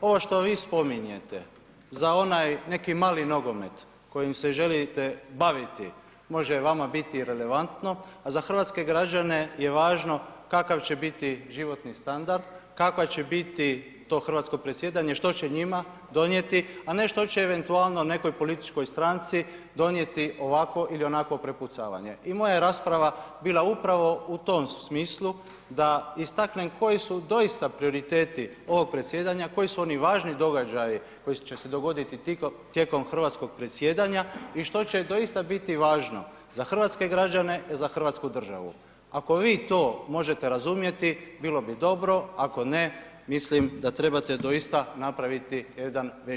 ovo što vi spominjete za onaj neki mali nogomet kojim se želite baviti, može vama biti relevantno, a za hrvatske građane je važno kakav će biti životni standard, kakvo će biti to hrvatsko predsjedanje, što će njima donijeti, a ne što će eventualno nekoj političkoj stranci donijeti ovakvo ili onakvo prepucavanje i moja je rasprava bila upravo u tom smislu da istaknem koji su doista prioriteti ovog predsjedanja, koji su oni važni događaji koji će se dogoditi tijekom hrvatskog predsjedanja i što će doista biti važno za hrvatske građane i za hrvatsku državu, ako vi to možete razumijete bilo bi dobro, ako ne mislim da trebate doista napraviti jedan veći napor.